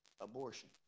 abortion